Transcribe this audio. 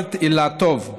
רוברט אילטוב,